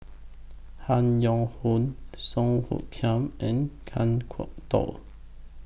Han Yong Hong Song Hoot Kiam and Kan Kwok Toh